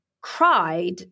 cried